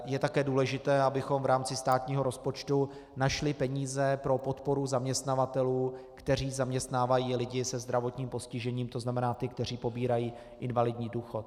Je také důležité, abychom v rámci státního rozpočtu našli peníze pro podporu zaměstnavatelů, kteří zaměstnávají lidi se zdravotním postižením, to znamená ty, kteří pobírají invalidní důchod.